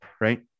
right